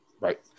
right